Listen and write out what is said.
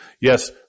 Yes